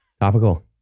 Topical